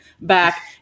back